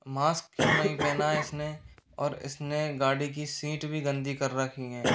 mask क्यों नहीं पहना है इसने और इसने गाड़ी की सींट भी गंदी कर रखी है